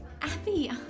Abby